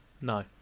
No